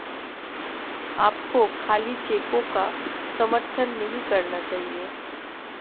आपको खाली चेकों का समर्थन नहीं करना चाहिए